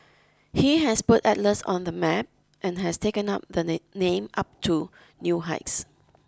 he has put Atlas on the map and has taken up the name up to new heights